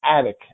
attic